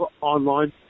online